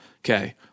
okay